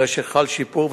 הרי שחל שיפור,